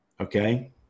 Okay